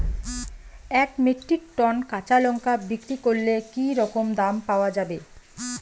এক metric ton কাঁচা লঙ্কা বিক্রি করলে কি রকম দাম পাওয়া যাবে?